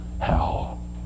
hell